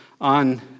on